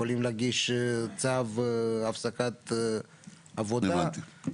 יכולים להגיש צו הפסקת עבודה.